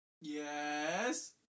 yes